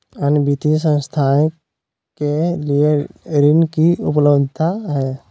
अन्य वित्तीय संस्थाएं के लिए ऋण की उपलब्धता है?